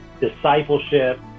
discipleship